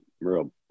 real